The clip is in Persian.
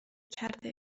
کرده